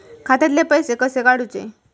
खात्यातले पैसे कसे काडूचे?